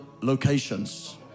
locations